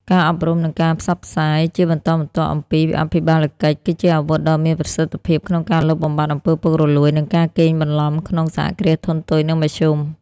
ការអប់រំ និងការផ្សព្វផ្សាយជាបន្តបន្ទាប់អំពីអភិបាលកិច្ច គឺជាអាវុធដ៏មានប្រសិទ្ធភាពក្នុងការលុបបំបាត់អំពើពុករលួយ និងការកេងបន្លំក្នុង សហគ្រាសធុនតូច និងមធ្យម។